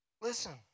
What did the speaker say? Listen